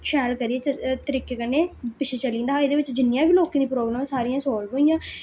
शैल करियै तरीके कन्नै पिच्छें चली जंदा हा एह्दे बिच्च जिन्नियां बी लोकें दियां प्राबल्मां हियां सारियां सालव होई गेइयां